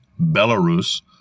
Belarus